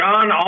John